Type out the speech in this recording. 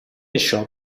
això